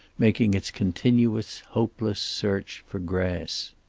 making its continuous, hopeless search for grass.